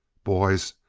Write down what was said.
boys,